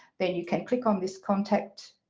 then you can click on this contact